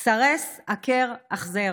סרס, עקר, החזר.